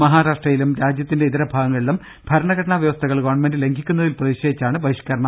മഹാരാഷ്ട്രയിലും രാജൃത്തിന്റെ ഇതര ഭാഗങ്ങളിലും ഭരണഘടനാ വ്യവസ്ഥകൾ ഗവൺമെന്റ് ലംഘിക്കുന്നതിൽ പ്രതിഷേധിച്ചാണ് ബഹി ഷ്ക്കരണം